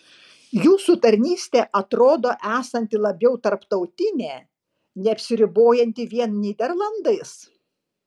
jūsų tarnystė atrodo esanti labiau tarptautinė neapsiribojanti vien nyderlandais